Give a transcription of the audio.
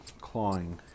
clawing